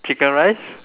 chicken rice